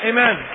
Amen